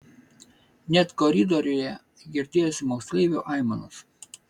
net koridoriuje girdėjosi moksleivio aimanos